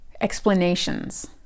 explanations